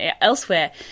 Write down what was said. elsewhere